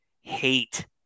hate